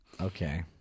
Okay